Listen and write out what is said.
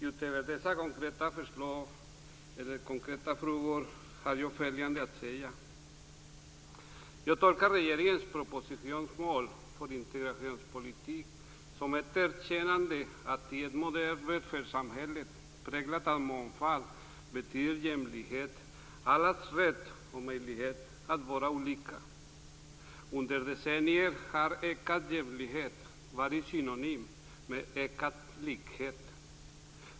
Utöver dessa konkreta frågor har jag följande att säga: Jag tolkar regeringens propositionsmål för integrationspolitik som ett erkännande av att jämlikhet i ett modernt välfärdssamhälle präglat av mångfald betyder allas rätt och möjlighet att vara olika. Under decennier har ökad jämlikhet varit synonymt med ökad likhet.